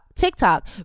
tiktok